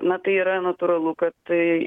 bet na tai yra natūralu kad tai